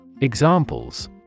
Examples